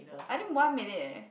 I think one minute leh